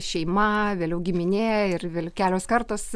šeima vėliau giminė ir vėl kelios kartos